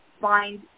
find